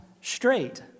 straight